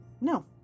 No